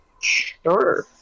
Sure